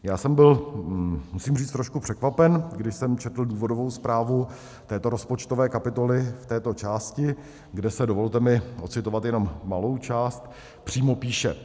Já jsem byl, musím říct, trošku překvapen, když jsem četl důvodovou zprávu této rozpočtové kapitoly v této části, kde se, dovolte mi odcitovat jenom malou část, přímo píše: